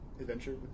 Adventure